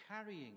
carrying